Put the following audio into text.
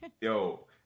yo